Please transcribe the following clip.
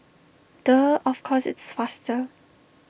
duh of course it's faster